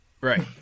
Right